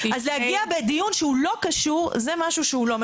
אז להגיע בדיון שהוא לא קשור זה משהו שהוא לא מקובל.